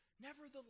Nevertheless